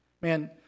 Man